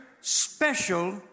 special